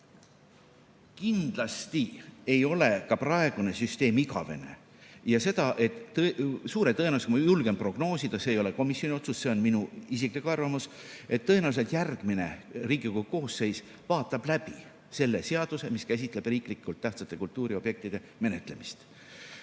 kindlasti ei ole ka praegune süsteem igavene, ja suure tõenäosusega, julgen prognoosida – see ei ole komisjoni otsus, see on minu isiklik arvamus –, et tõenäoliselt järgmine Riigikogu koosseis vaatab läbi selle seaduse, mis käsitleb riiklikult tähtsate kultuuriobjektide menetlemist.